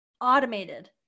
automated